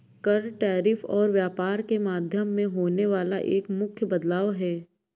कर, टैरिफ और व्यापार के माध्यम में होने वाला एक मुख्य बदलाव हे